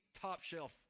top-shelf